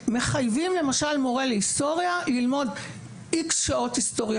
מורה להיסטוריה ללמוד X שעות של היסטוריה